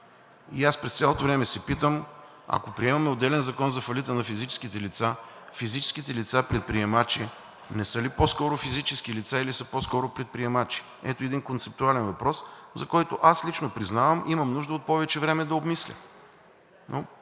и аз през цялото време се питам, ако приемем отделен закон за фалита на физическите лица, физическите лица-предприемачи не са ли по-скоро физически лица, или са по-скоро предприемачи? Ето един концептуален въпрос, за който аз лично признавам, имам нужда от повече време да обмисля.